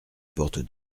porte